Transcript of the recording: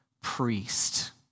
priest